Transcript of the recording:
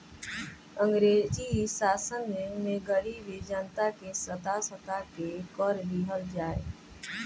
अंग्रेजी शासन में गरीब जनता के सता सता के कर लिहल जाए